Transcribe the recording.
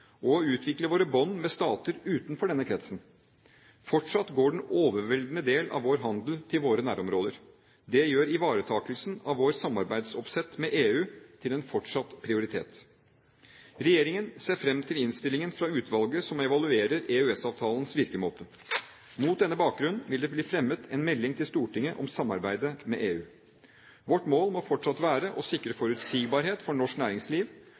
og å utvikle våre bånd med stater utenfor denne kretsen. Fortsatt går den overveldende del av vår handel til våre nærområder. Det gjør ivaretakelsen av vårt samarbeidsoppsett med EU til en fortsatt prioritet. Regjeringen ser fram til innstillingen fra utvalget som evaluerer EØS-avtalens virkemåte. Mot denne bakgrunn vil det bli fremmet en melding til Stortinget om samarbeidet med EU. Vårt mål må fortsatt være å sikre forutsigbarhet for norsk næringsliv,